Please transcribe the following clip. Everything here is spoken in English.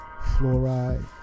fluoride